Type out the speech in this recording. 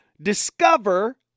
Discover